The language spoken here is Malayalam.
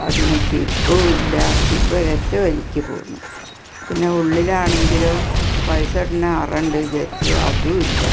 അതിനു സിബ്ബുമില്ല സിബ്ബൊരറ്റ വലിക്കു പോന്നു പിന്നെ ഉള്ളിലാണെങ്കിലോ പൈസയിടണ അറയുണ്ട് വിചാരിച്ചു അതുമില്ല